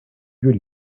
vieux